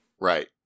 Right